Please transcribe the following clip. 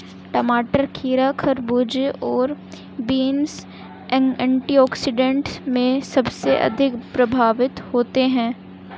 टमाटर, खीरा, खरबूजे और बीन्स एंथ्रेक्नोज से सबसे अधिक प्रभावित होते है